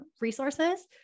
resources